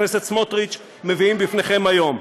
הכנסת סמוטריץ מביאים בפניכם היום,